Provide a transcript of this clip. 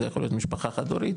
זה יכול להיות משפחה-חד הורית,